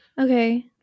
Okay